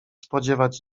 spodziewać